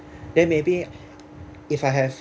then maybe if I have